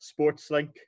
SportsLink